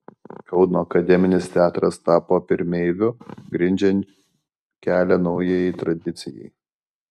kauno akademinis teatras tapo pirmeiviu grindžiant kelią naujajai tradicijai